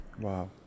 Wow